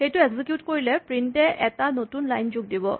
সেইটো এক্সিকিউট কৰিলে প্ৰিন্ট এ এটা নতুন লাইন যোগ দিব